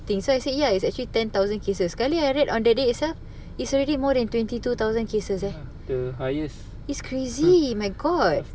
ya lah the highest